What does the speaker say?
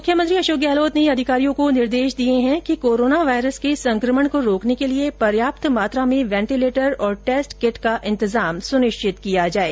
मुख्यमंत्री अशोक गहलोत ने अधिकारियों को निर्देश दिए कि कोरोना वायरस के संकमण को रोकने के लिए पर्याप्त मात्रा में वेंटीलेटर और टेस्ट किट का इंतजाम सुनिश्चित किया जाए